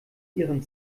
ihren